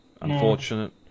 Unfortunate